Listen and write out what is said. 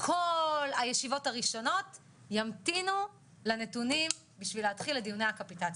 כל הישיבות הראשונות ימתינו לנתונים בשביל להתחיל את דיוני הקפיטציה,